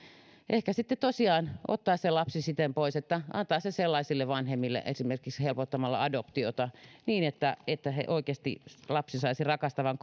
ehkä sitten tosiaan ottaa lapsi pois siten että hänet annetaan sellaisille vanhemmille esimerkiksi helpottamalla adoptiota että että oikeasti lapsi saisi rakastavan